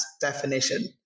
definition